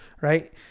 right